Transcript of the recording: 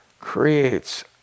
creates